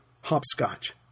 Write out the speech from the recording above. hopscotch